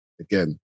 again